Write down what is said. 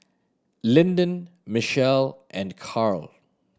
Linden Michele and Carl